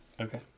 Okay